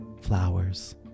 Flowers